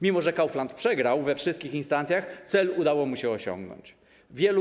Mimo że Kaufland przegrał we wszystkich instancjach, udało mu się osiągnąć cel.